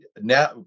now